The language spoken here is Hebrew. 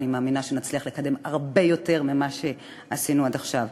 ואני מאמינה שנצליח לקדם הרבה יותר ממה שעשינו עד עכשיו.